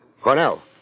Cornell